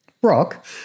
Brock